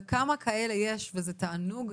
וכמה כאלה יש וזה תענוג.